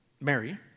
Mary